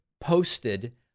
posted